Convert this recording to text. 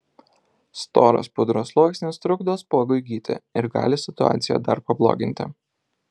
storas pudros sluoksnis trukdo spuogui gyti ir gali situaciją dar pabloginti